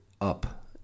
up